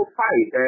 fight